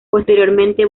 posteriormente